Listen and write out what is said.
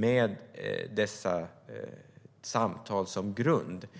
Med dessa samtal som grund tror jag att